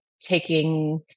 taking